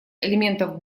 элементов